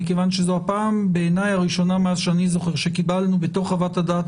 מכיוון שבעיניי זו הפעם הראשונה מאז אני זוכר שקיבלנו בתוך חוות הדעת